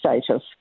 status